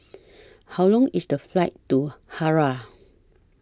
How Long IS The Flight to Harare